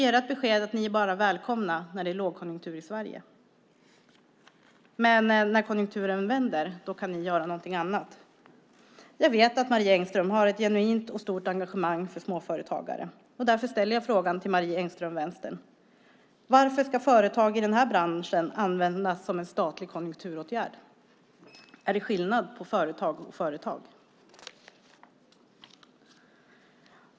Ert besked är att de är välkomna när det är lågkonjunktur i Sverige, men när konjunkturen vänder kan de göra något annat. Jag vet att Marie Engström har ett genuint och stort engagemang för småföretagare. Därför ställer jag frågan till Marie Engström, Vänstern: Varför ska företag i den här branschen användas som en statlig konjunkturåtgärd? Är det skillnad på företag och företag?